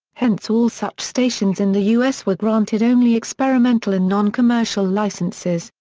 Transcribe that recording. hence all such stations in the u s. were granted only experimental and non-commercial licenses,